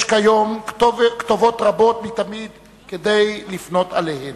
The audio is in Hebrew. יש כיום כתובות רבות מתמיד כדי לפנות אליהן: